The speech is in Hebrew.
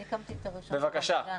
בבקשה.